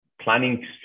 planning